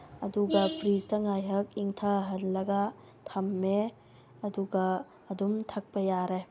ꯑꯗꯨꯒ ꯐ꯭ꯔꯤꯁꯇ ꯉꯥꯏꯍꯥꯛ ꯏꯪꯊꯍꯜꯂꯒ ꯊꯝꯃꯦ ꯑꯗꯨꯒ ꯑꯗꯨꯝ ꯊꯛꯄ ꯌꯥꯔꯦ